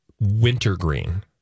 wintergreen